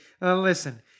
Listen